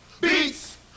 beats